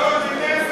לא, לנפש.